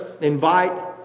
invite